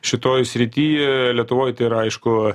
šitoj srity lietuvoj tai yra aišku